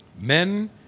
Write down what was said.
men